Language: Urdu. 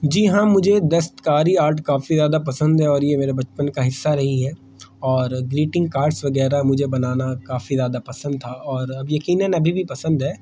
جی ہاں مجھے دستکاری آرٹ کافی زیادہ پسند ہے اور یہ میرے بچپن کا حصہ رہی ہے اور گریٹنگ کارڈس وگیرہ مجھے بنانا کافی زیادہ پسند تھا اور اب یقیناً ابھی بھی پسند ہے